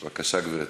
בבקשה, גברתי.